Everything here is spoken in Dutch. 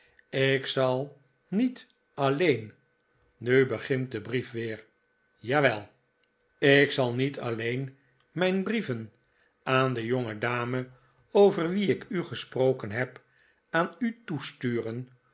ik zal niet alleen nu begint de brief weer jawel ik zal niet alleen mijn brieven aan de jongedame over wie ik u gesproken heb aan u toesturen